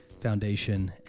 Foundation